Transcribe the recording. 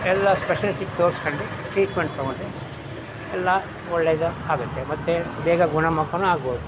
ಎಲ್ಲ ಸ್ಪೆಷಲಿಸ್ಟಿಗೆ ತೋರ್ಸ್ಕೊಂಡಿ ಟ್ರೀಟ್ಮೆಂಟ್ ತಗೊಂಡ್ರೆ ಎಲ್ಲ ಒಳ್ಳೆಯದು ಆಗುತ್ತೆ ಮತ್ತೆ ಬೇಗ ಗುಣಮುಖನೂ ಆಗ್ಬೋದು